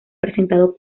presentado